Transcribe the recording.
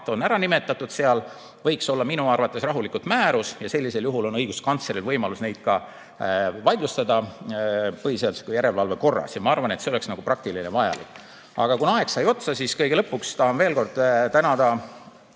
on ära nimetatud seal. Võiks olla minu arvates rahulikult määrus ja sellisel juhul on õiguskantsleril võimalus neid ka vaidlustada põhiseaduslikkuse järelevalve korras. Ja ma arvan, et see oleks praktiline ja vajalik. Aga kuna aeg sai otsa, siis kõige lõpuks tahan veel kord tänada